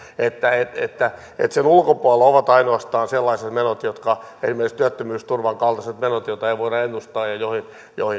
että että sen ulkopuolella ovat ainoastaan sellaiset menot esimerkiksi työttömyysturvan kaltaiset menot joita ei voida ennustaa ja joihin